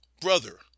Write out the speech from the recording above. brother